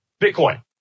Bitcoin